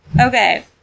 Okay